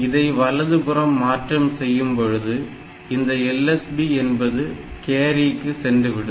இதை வலதுபுறம் மாற்றம் செய்யும்பொழுது இந்த LSB என்பது கேரிக்கு சென்றுவிடும்